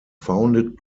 founded